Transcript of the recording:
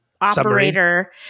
operator